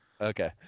Okay